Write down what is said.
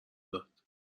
داد